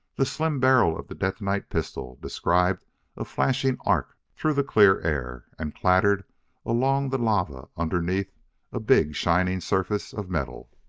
the slim barrel of the detonite pistol described a flashing arc through the clear air and clattered along the lava underneath a big shining surface of metal.